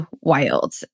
wild